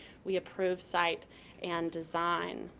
we approve site and design.